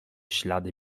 ślady